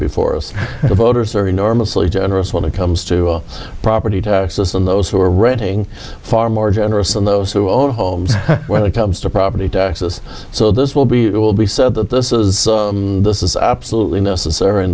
enormously generous when it comes to property taxes and those who are renting far more generous than those who own homes when it comes to property taxes so this will be it will be said that this is this is absolutely necessary in